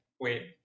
wait